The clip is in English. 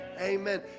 Amen